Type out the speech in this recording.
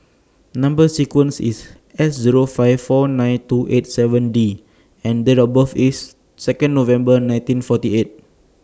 Number sequence IS S Zero five four nine two eight seven D and Date of birth IS Second November nineteen forty eight